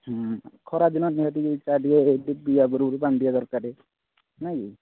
ହୁଁ ଖରାଦିନ ନିହାତି ଚା' କିଏ ଟିକିଏ ପିଇବା ପୂର୍ବରୁ ପାଣି ଟିକିଏ ଦରକାର ନାଇଁକି